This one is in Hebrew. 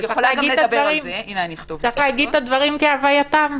צריך לומר את הדברים כהווייתם.